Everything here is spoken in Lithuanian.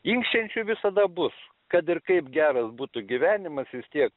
inkščiančių visada bus kad ir kaip geras būtų gyvenimas vis tiek